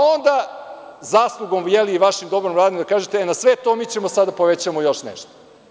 Onda, zaslugom i vašim dobrim radom da kažete - na sve to mi ćemo sada da povećamo još nešto.